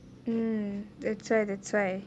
mm that's why that's why